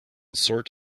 sort